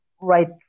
right